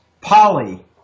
Polly